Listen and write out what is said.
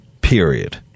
Period